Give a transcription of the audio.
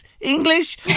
English